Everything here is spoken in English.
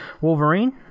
Wolverine